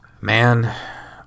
man